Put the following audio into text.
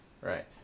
Right